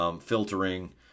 filtering